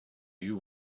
you